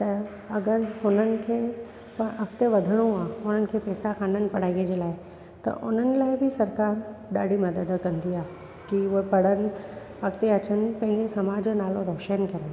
त अगरि हुननि खे त अॻिते वधिणो आहे हुननि खे पेसा कोन्हनि पढ़ाईअ जे लाइ त उन्हनि लाइ बि सरकारु ॾाढी मदद कंदी आ की उहे पढ़नि अॻिते अचनि पंहिंजी समाज जो नालो रोशन कनि